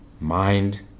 mind